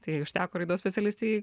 tai užteko raidos specialistei